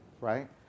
right